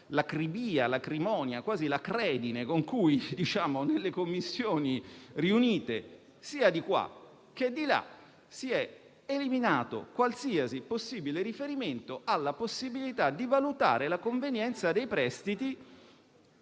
dall'acribia, dall'acrimonia, quasi dall'acredine con cui nelle Commissioni riunite, sia al Senato che alla Camera, si è eliminato qualsiasi possibile riferimento alla possibilità di valutare la convenienza dei prestiti